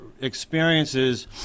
experiences